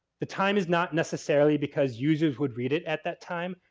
the time is not necessarily because users would read it at that time.